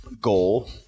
goal